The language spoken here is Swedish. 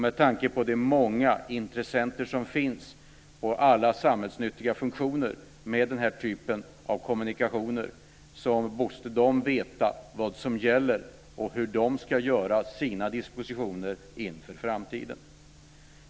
Med tanke på de många intressenter som finns i alla samhällsnyttiga funktioner med den typen av kommunikationer måste de veta vad som gäller och hur de ska göra sina dispositioner inför framtiden.